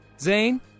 Zane